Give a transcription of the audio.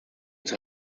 des